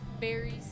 berries